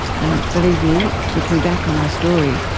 and, believe me, looking back on my story,